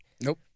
Nope